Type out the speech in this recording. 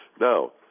Now